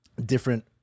different